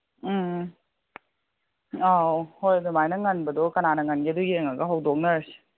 ꯎꯝ ꯑꯧ ꯍꯣꯏ ꯑꯗꯨꯃꯥꯏꯅ ꯉꯟꯕꯗꯣ ꯀꯅꯥꯅ ꯉꯟꯒꯦꯗꯣ ꯌꯦꯡꯉꯒ ꯍꯧꯗꯣꯛꯅꯔꯁꯤ